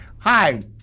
hi